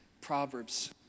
Proverbs